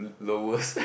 lowest